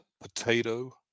potato